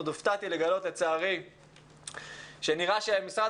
עוד הופתעתי לגלות לצערי שנראה שמשרד